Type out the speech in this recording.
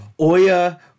oya